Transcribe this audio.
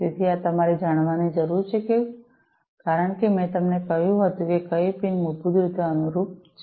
તેથી આ તમારે જાણવાની જરૂર છે કારણ કે મેં તમને કહ્યું હતું કે કઇ પિન મૂળભૂત રીતે અનુરૂપ છે